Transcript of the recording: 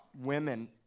women